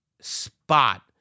spot